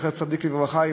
זכר צדיק לברכה,